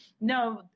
no